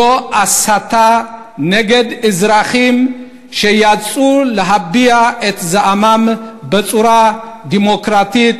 זו הסתה נגד אזרחים שיצאו להביע את זעמם בצורה דמוקרטית,